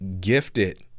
gifted